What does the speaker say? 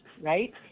right